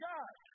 God